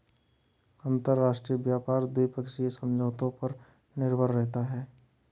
अंतरराष्ट्रीय व्यापार द्विपक्षीय समझौतों पर निर्भर करता है